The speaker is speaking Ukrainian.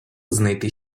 знайти